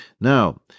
Now